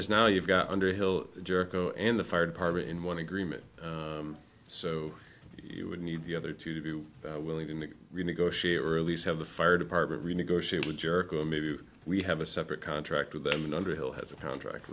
is now you've got underhill jerko in the fire department in one agreement so you would need the other to be willing to renegotiate earlies have the fire department renegotiate with jericho maybe we have a separate contract with them and underhill has a contract